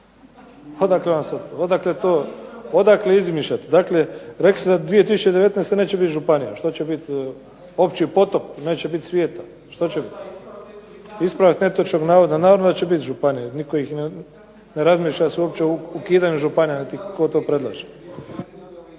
Odakle vam to? Odakle izmišljate? Rekli ste da 2019. neće biti županija. Što će biti opći potop, neće biti svijeta. Ispravak netočnog navoda. Naravno da će biti županija, nitko i ne razmišlja o ukidanju županija. Tko to predlaže?